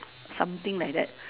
something like that